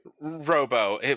Robo